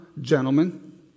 gentlemen